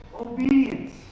obedience